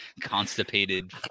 constipated